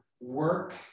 work